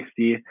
60